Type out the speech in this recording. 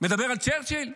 מדבר על צ'רצ'יל?